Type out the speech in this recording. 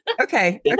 Okay